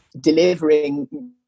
delivering